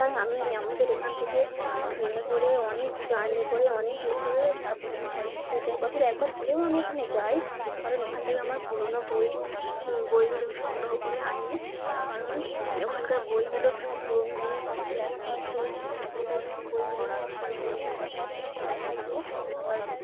তাই আমি আমাদের এখান থেকে ট্রেনে করে অনেক জার্নি করে অনেক এ করে তারপরে আমি কলেজ স্ট্রিটে যাই বছর একবার হলেও আমি ওখানে যাই কারণ ওখান থেকে আমার পুরোনো বই বইগুলো আমি সংগ্রহ করে আনি কারণ ওখানকার বইগুলো সব পুরোনো দিনের কথা লেখা আছে ওখানকার বইগুলো সব পুরোনো দিনের কথা লেখা আছে আবার